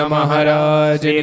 Maharaj